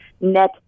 net